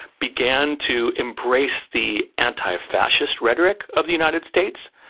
began to embrace the antifascist rhetoric of the united states,